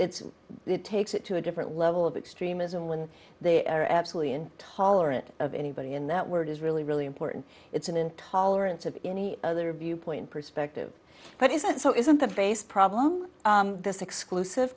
it's it takes it to a different level of extremism when they are absolutely and tolerant of anybody in that word is really really important it's an intolerance of any other viewpoint perspective but isn't so isn't the base problem this exclusive